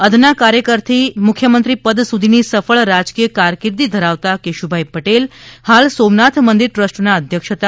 અદના કાર્યકરથી મુખ્યમંત્રી પદ સુધીની સફળ રાજકીય કારકિર્દી ધરાવતા કેશુભાઈ પટેલ હાલ સોમનાથ મંદિર ટ્રસ્ટ ના અધ્યક્ષ હતા